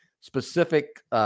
specific